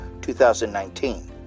2019